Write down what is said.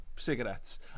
cigarettes